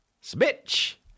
Smitch